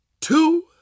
two